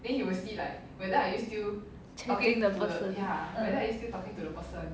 checking the person mm